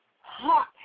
hot